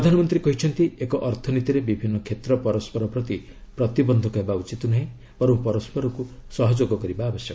ପ୍ରଧାନମନ୍ତ୍ରୀ କହିଛନ୍ତି ଏକ ଅର୍ଥନୀତିରେ ବିଭିନ୍ନ କ୍ଷେତ୍ର ପରସ୍କର ପ୍ରତି ପ୍ରତିବନ୍ଧକ ହେବା ଉଚିତ୍ ନୁହେଁ ବରଂ ପରସ୍କରକୁ ସହଯୋଗ କରିବା ଉଚିତ୍